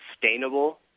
sustainable